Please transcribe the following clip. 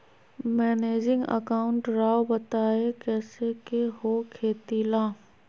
Managing account राव बताएं कैसे के हो खेती ला?